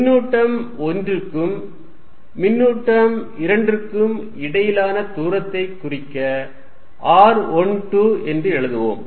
மின்னூட்டம் 1 க்கும் மின்னூட்டம் 2 க்கும் இடையிலான தூரத்தை குறிக்க r12 என்று எழுதுவோம்